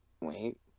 Wait